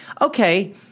okay